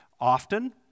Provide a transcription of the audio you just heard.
often